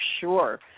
sure